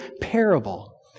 parable